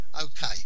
Okay